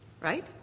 right